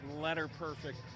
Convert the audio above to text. letter-perfect